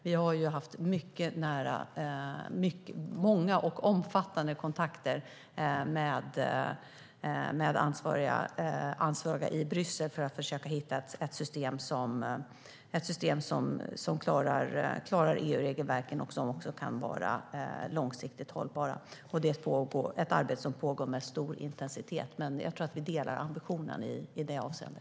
Vi har haft många och omfattande kontakter med ansvariga i Bryssel för att försöka hitta ett system som klarar EU-regelverket och kan vara långsiktigt hållbart. Detta arbete pågår med stor intensitet. Jag tror att vi delar ambitionen i detta avseende.